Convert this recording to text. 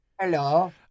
Hello